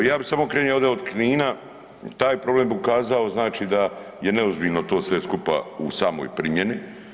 Ja bi samo krenio ovdje od Knina, taj problem bi ukazao znači da je neozbiljno to sve skupa u samoj primjeni.